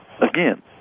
again